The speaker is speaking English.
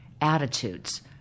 Attitudes